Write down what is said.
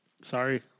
Sorry